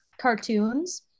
cartoons